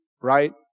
right